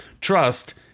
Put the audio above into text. trust